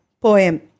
poem